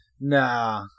nah